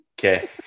Okay